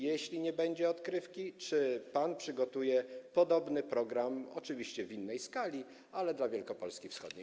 Jeśli nie będzie odkrywki, czy pan przygotuje podobny program, oczywiście w innej skali, dla Wielkopolski wschodniej?